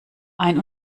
ein